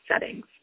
settings